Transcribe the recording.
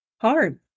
hard